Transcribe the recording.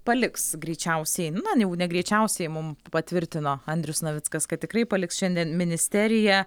paliks greičiausiai na jau ne greičiausiai mum patvirtino andrius navickas kad tikrai paliks šiandien ministeriją